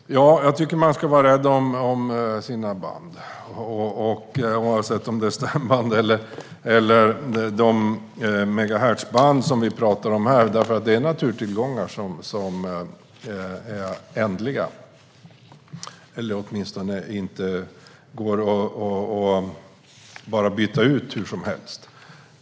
Herr talman! Jag tycker att man ska vara rädd om sina band, oavsett om det är stämband eller de megahertzband som vi talar om här, för de är naturtillgångar som är ändliga. De går åtminstone inte att byta ut hur som helst.